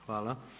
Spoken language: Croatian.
Hvala.